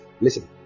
Listen